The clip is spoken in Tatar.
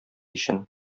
өчен